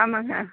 ஆமாங்க